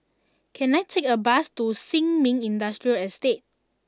can I take a bus to Sin Ming Industrial Estate